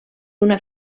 una